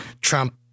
Trump